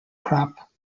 crop